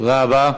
תודה רבה.